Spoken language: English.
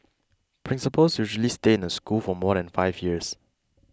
principals usually stay in a school for more than five years